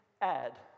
add